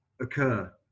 occur